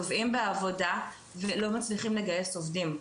טובעים בעבודה ולא מצליחים לגייס עובדים.